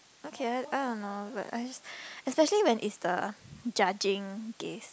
okay I don't know but I just especially when if the judging gaze